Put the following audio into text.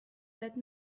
that